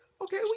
Okay